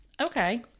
Okay